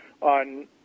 on